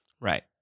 Right